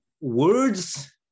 Words